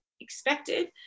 expected